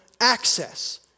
access